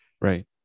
Right